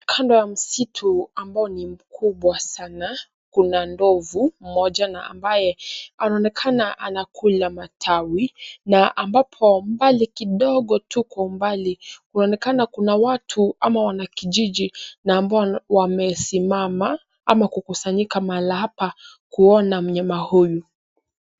Kando ya msitu ambao ni mkubwa sana kuna ndovu mmoja mkubwa sana na anaonekana anakula matawi na ambapo mbali kidogo tu kwa umbali kunaonekana kuna watu au wanakijiji na ambao wamesimama au kukusanyika mahala hapa kuona mnyama huyu.